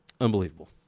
Unbelievable